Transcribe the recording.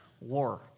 war